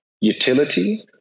utility